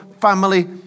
family